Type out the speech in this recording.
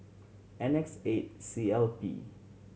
N X eight C L P